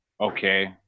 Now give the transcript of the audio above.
okay